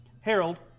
Harold